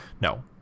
No